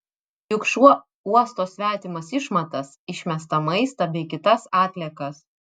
juk šuo uosto svetimas išmatas išmestą maistą bei kitas atliekas